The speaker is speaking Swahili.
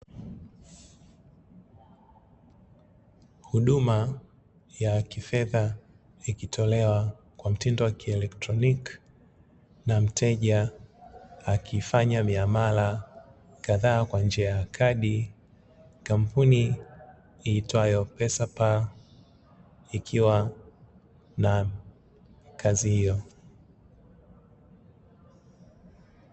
Huduma ya kifedha ikitolewa kwa mtindo wa kielektroniki, na mteja akifanya miamala kadhaa kwa njia ya kadi, kampuni iitwayo "pesa pal" ikiwa na kazi hiyo.